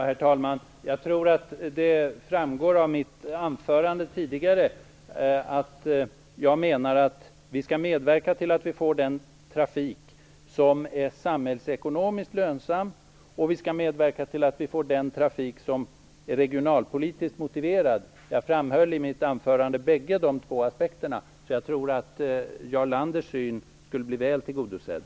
Herr talman! Jag tror att det framgick av mitt anförande tidigare att jag menar att vi skall medverka till att vi får en trafik som är samhällsekonomiskt lönsam och regionalpolitiskt motiverad. Jag framhöll i mitt anförande bägge dessa aspekter, så jag tror att Jarl Landers syn skulle bli väl tillgodosedd.